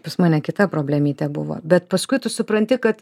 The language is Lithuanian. pas mane kita problemytė buvo bet paskui tu supranti kad